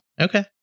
Okay